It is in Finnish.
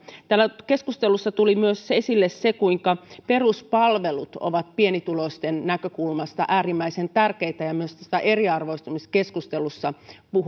täällä keskustelussa tuli myös esille se kuinka peruspalvelut ovat pienituloisten näkökulmasta äärimmäisen tärkeitä ja myös tässä eriarvoistumiskeskustelussa